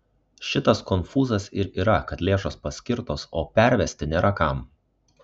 šitas konfūzas ir yra kad lėšos paskirtos o pervesti nėra kam